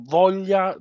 voglia